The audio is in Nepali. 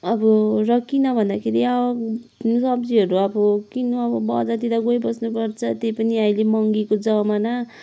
अब र किन भन्दाखेरि अ सब्जीहरू अब किन्नु अब बजारतिर गइबस्नु पर्छ त्यही पनि अहिले महँगीको जमाना